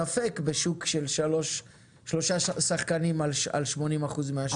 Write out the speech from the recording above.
ספק בשוק של שלושה שחקנים על 80 אחוז מהשוק.